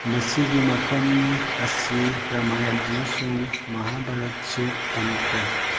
ꯃꯁꯤꯒꯤ ꯃꯐꯝ ꯑꯁꯤ ꯔꯥꯃꯥꯌꯟ ꯑꯃꯁꯨꯡ ꯃꯥꯍꯥꯚꯥꯔꯠꯇꯁꯨ ꯄꯟꯈ꯭ꯔꯦ